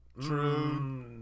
True